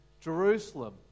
Jerusalem